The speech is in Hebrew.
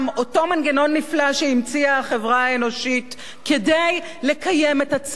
אותו מנגנון נפלא שהמציאה החברה האנושית כדי לקיים את עצמה,